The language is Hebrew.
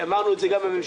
אמרנו את זה גם בממשלה,